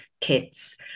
Kids